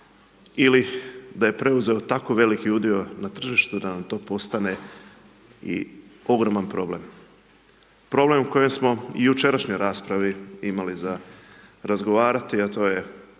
ili da je preuzeo tako veliki udio na tržištu da nam to postane i ogroman problem. Problem koji smo i u jučerašnjoj raspravi imali za razgovarati, a to je